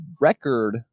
record